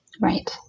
Right